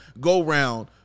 go-round